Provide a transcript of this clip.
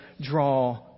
draw